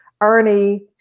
Ernie